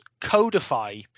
codify